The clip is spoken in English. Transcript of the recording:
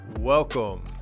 Welcome